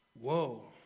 Whoa